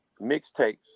mixtapes